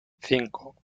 cinco